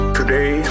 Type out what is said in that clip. today